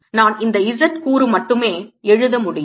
நான் இந்த z கூறு மட்டுமே எழுத முடியும்